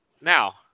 Now